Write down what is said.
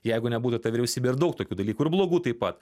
jeigu nebūtų ta vyriausybė ir daug tokių dalykų ir blogų taip pat